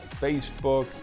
Facebook